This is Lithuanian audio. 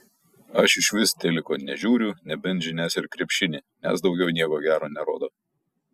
aš išvis teliko nežiūriu nebent žinias ir krepšinį nes daugiau nieko gero nerodo